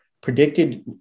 predicted